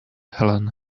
helen